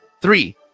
Three